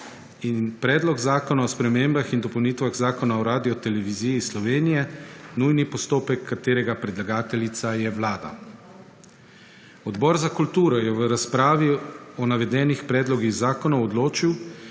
in Predlog zakona o spremembah in dopolnitvah Zakona o Radioteleviziji Slovenija, nujni postopek, katerega predlagateljica je Vlada. Odbor za kulturo je v razpravi o navedenih predlogih zakonov odločil,